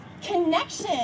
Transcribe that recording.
connection